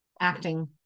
acting